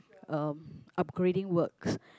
um upgrading works